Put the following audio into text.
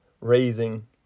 raising